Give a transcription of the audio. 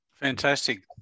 Fantastic